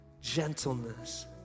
gentleness